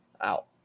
out